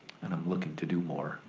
and i'm looking to do more,